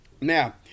Now